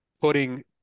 putting